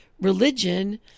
religion